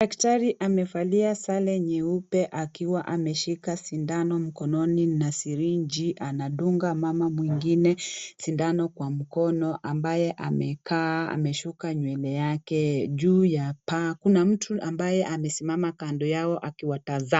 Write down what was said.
Daktari amevalia sare nyeupe akiwa ameshika sindano mkononi na sirenji anadunga mama mwingine sindano kwa mkono ambaye amekaa ameshuka nywele yake, juu ya paa kuna mtu ambaye amesimama kando yao akiwatazama.